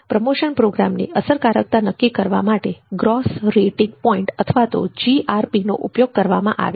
promotion પ્રોગ્રામની અસરકારકતા નકકી કરવા માટે ગ્રોસ રેટિંગ પોઈન્ટ અથવા જીઆરપી નો ઉપયોગ કરવામાં આવે છે